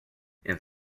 and